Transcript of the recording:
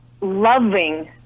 loving